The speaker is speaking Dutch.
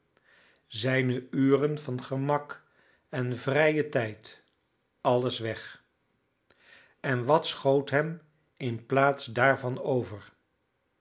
zijne uren van gemak en vrijen tijd alles weg en wat schoot hem in plaats daarvan over